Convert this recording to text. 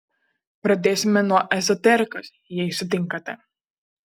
pradėsime nuo ezoterikos jei sutinkate